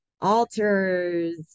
altars